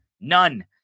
None